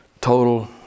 Total